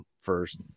first